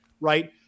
right